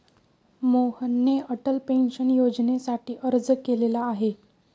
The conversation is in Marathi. मोहनने अटल पेन्शन योजनेसाठी अर्ज केलेला आहे